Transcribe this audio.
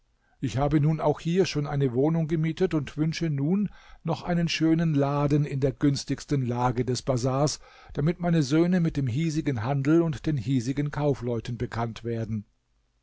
ich habe nun auch hier schon eine wohnung gemietet und wünsche nun noch einen schönen laden in der günstigsten lage des bazars damit meine söhne mit dem hiesigen handel und den hiesigen kaufleuten bekannt werden